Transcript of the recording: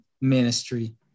ministry